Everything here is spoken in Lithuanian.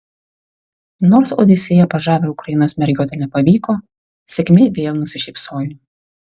nors odisėja pas žavią ukrainos mergiotę nepavyko sėkmė vėl nusišypsojo